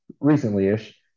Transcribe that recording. recently-ish